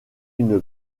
une